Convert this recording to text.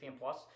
Plus